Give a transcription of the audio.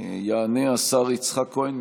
יענה השר יצחק כהן,